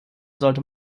sollte